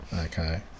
Okay